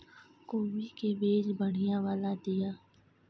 कोबी के बीज बढ़ीया वाला दिय?